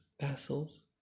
vassals